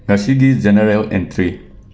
ꯉꯁꯤꯒꯤ general entry